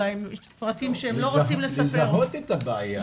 אולי יש פרטים שהם לא רוצים לספר --- לזהות את הבעיה.